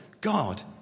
God